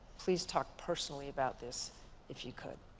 please talk personally about this if you could.